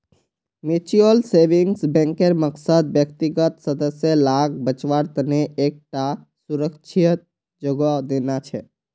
mutual savings बैंकेर मकसद व्यक्तिगत सदस्य लाक बच्वार तने एक टा सुरक्ष्हित जोगोह देना छे